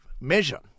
measure